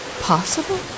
possible